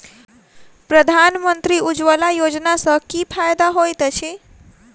प्रधानमंत्री उज्जवला योजना सँ की फायदा होइत अछि?